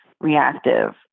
reactive